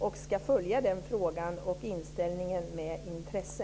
Jag ska följa den frågan och den inställningen med intresse.